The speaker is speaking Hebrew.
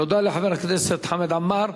תודה לחבר הכנסת חמד עמאר.